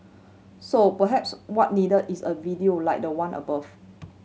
so perhaps what needed is a video like the one above